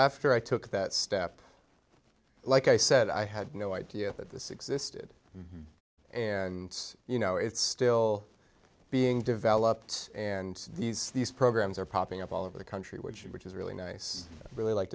after i took that step like i said i had no idea that this existed and you know it's still being developed and these programs are popping up all over the country which is which is really nice really like